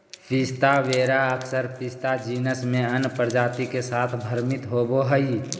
पिस्ता वेरा अक्सर पिस्ता जीनस में अन्य प्रजाति के साथ भ्रमित होबो हइ